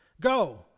Go